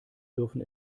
dürfen